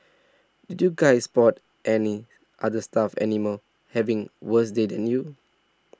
did you guys spot any other stuffed animals having worse day than you